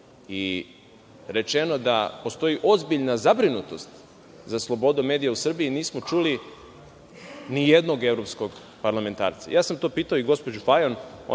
i rečeno da postoji ozbiljna zabrinutost za slobodom medija u Srbiji, nismo čuli ni jednog evropskog parlamentarca. To sam pitao i gospođu Fajon,